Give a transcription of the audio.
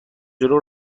جلو